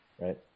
right